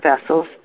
vessels